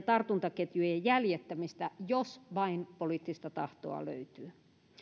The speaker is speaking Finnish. tartuntaketjujen jäljittämistä jos vain poliittista tahtoa löytyy